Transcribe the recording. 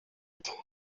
ati